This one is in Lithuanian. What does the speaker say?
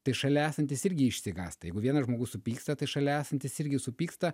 tai šalia esantis irgi išsigąsta jeigu vienas žmogus supyksta tai šalia esantis irgi supyksta